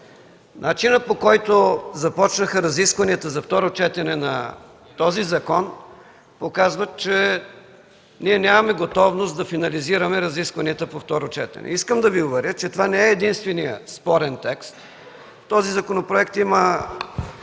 Начинът, по който започнаха разискванията за второ четене на този закон, показва, че ние нямаме готовност да финализираме разискванията на второ четене. Искам да Ви уверя, че това не е единственият спорен текст. В този законопроект има